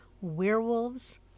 werewolves